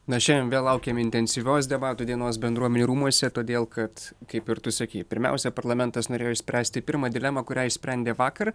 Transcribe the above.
na šiandien vėl laukiame intensyvios debatų dienos bendruomenių rūmuose todėl kad kaip ir tu sakei pirmiausia parlamentas norėjo išspręsti pirmą dilemą kurią išsprendė vakar